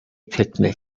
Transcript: picnic